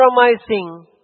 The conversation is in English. Compromising